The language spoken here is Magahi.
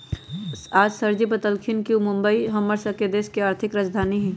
आज सरजी बतलथिन ह कि मुंबई हम्मर स के देश के आर्थिक राजधानी हई